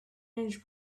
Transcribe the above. orange